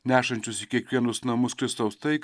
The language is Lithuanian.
nešančius į kiekvienus namus kristaus taiką